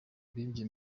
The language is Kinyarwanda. bibye